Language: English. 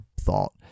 thought